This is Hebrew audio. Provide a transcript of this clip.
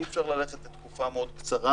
אי אפשר ללכת לתקופה מאוד קצרה,